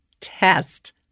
test